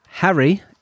Harry